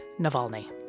Navalny